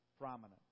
prominent